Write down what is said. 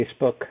Facebook